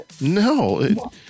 No